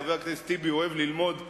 חבר הכנסת טיבי אוהב ללמוד חידושים,